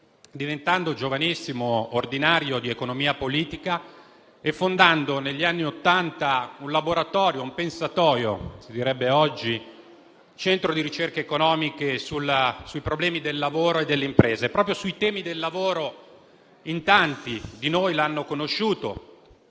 diventando giovanissimo ordinario di economia politica e poi fondando negli anni Ottanta un laboratorio, un pensatoio si direbbe oggi, cioè il Centro di ricerche economiche per i problemi del lavoro e dell'industria. Proprio sui problemi del lavoro tanti di noi l'hanno conosciuto